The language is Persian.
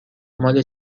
مال